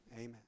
amen